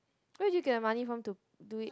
where did you get the money from to to do it